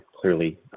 clearly